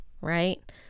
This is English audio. right